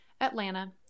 Atlanta